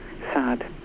sad